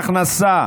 1. הכנסה